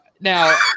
Now